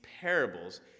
parables